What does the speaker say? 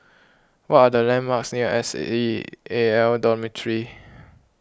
what are the landmarks near S C A L Dormitory